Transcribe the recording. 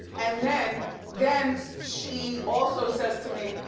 and then then she also says to me,